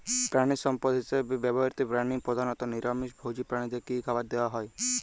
প্রাণিসম্পদ হিসেবে ব্যবহৃত প্রাণী প্রধানত নিরামিষ ভোজী প্রাণীদের কী খাবার দেয়া হয়?